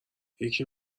یکی